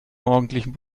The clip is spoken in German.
morgendlichen